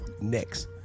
next